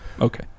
Okay